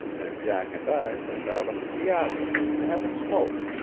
and jack and i went out on the piazza, to have a smoke,